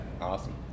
awesome